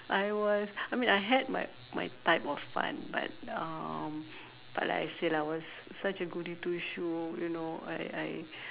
I was I mean I had my my type of fun but um but I said I was such a goody two shoe you know I I